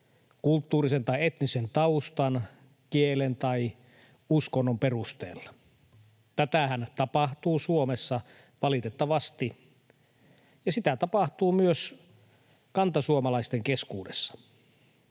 kulttuurisen tai etnisen taustan, kielen tai uskonnon perusteella. Tätähän tapahtuu Suomessa, valitettavasti, ja sitä tapahtuu myös kantasuomalaisten keskuudessa.